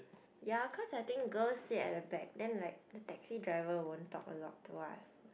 ya cause I think girl sit at the back then like the taxi driver won't talk a lot to us